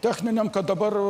techninėm kad dabar